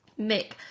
Mick